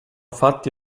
fatti